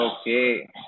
Okay